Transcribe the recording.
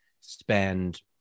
spend